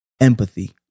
empathy